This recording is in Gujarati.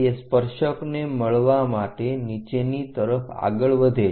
તે સ્પર્શકને મળવા માટે નીચેની તરફ આગળ વધે છે